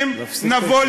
לא.